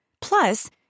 Plus